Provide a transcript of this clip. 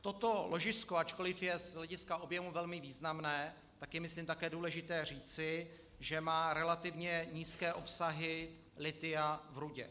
Toto ložisko, ačkoliv je z hlediska objemu velmi významné, tak je myslím také důležité říci, že má relativně nízké obsahy lithia v rudě.